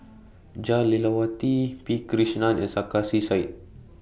Jah Lelawati P Krishnan and Sarkasi Said